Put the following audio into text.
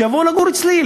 שיבואו לגור אצלי,